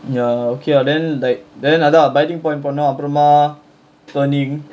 ya okay lah then like then அதா:athaa biting point பண்ணும் அப்றமா:pannum apramaa turning